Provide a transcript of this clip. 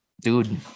Dude